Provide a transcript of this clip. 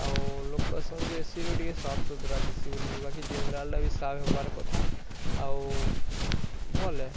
ଆଉ ଲୋକ ସଙ୍ଗେ ଏସିରୁ ଟିକେ ସପ୍ ସୁତରା ଦିସୁ ବୋଲି କି ବାକି ଜେନେରାଲ୍ଟା ବି ସାଫ୍ ହେବାର୍ କଥା ଆଉ ଭଲେ